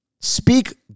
Speak